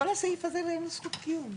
כל הסעיף הזה אין לו זכות קיום.